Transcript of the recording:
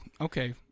Okay